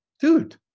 Dude